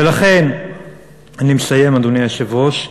אדוני היושב-ראש,